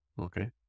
Okay